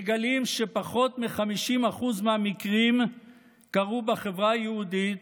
מגלים שפחות מ-50% מהמקרים קרו בחברה היהודית,